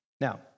Now